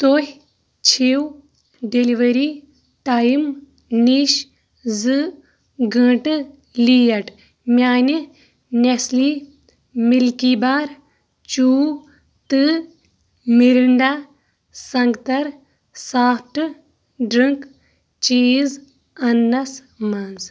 تُہۍ چھِو delivery time نِش زٕ گٲنٛٹہٕ لیٹ میانہِ نٮ۪سلے مِلکی بار چوٗ تہٕ مِرِنٛڈا سنٛگتر سافٹ ڈرٛنٛک چیٖز اَننَس منٛز